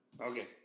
Okay